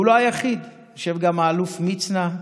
הוא לא היחיד, גם האלוף מצנע,